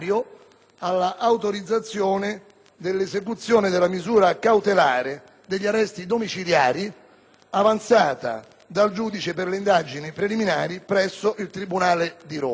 all'autorizzazione dell'esecuzione della misura cautelare degli arresti domiciliari avanzata dal giudice per le indagini preliminari presso il tribunale di Roma,